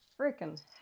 Freaking